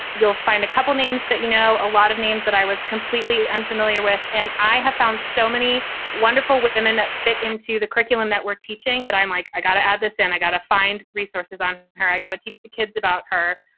you'll find a couple of names that you know, a lot of names that i was completely unfamiliar with. and i have found so many wonderful women that fit into the curriculum that we're teaching that i'm like, i got to add this and i've got to find resources on her. i got to teach the kids about her.